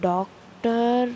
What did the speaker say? Doctor